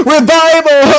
Revival